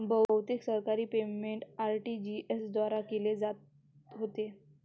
बहुतेक सरकारी payment RTGS द्वारे केले जात होते